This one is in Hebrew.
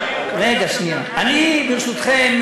ברשותכם,